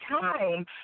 time